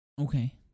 Okay